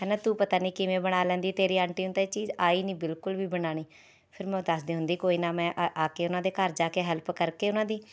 ਹੈ ਨਾ ਤੂੰ ਪਤਾ ਨਹੀਂ ਕਿਵੇਂ ਬਣਾ ਲੈਂਦੀ ਤੇਰੀ ਆਂਟੀ ਨੂੰ ਤਾਂ ਇਹ ਚੀਜ਼ ਆਈ ਨਹੀਂ ਬਿਲਕੁਲ ਵੀ ਬਣਾਉਣੀ ਫਿਰ ਮੈਂ ਉਹ ਦੱਸਦੀ ਹੁੰਦੀ ਕੋਈ ਨਾ ਮੈਂ ਆ ਆ ਕੇ ਉਨ੍ਹਾਂ ਦੇ ਘਰ ਜਾ ਕੇ ਹੈਲਪ ਕਰਕੇ ਉਨ੍ਹਾਂ ਦੀ